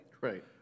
Right